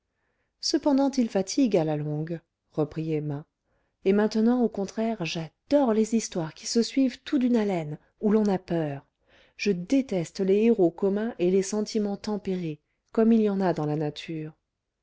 cependant ils fatiguent à la longue reprit emma et maintenant au contraire j'adore les histoires qui se suivent tout d'une haleine où l'on a peur je déteste les héros communs et les sentiments tempérés comme il y en a dans la nature